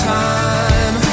time